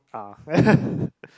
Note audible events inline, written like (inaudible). ah (laughs)